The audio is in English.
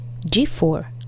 g4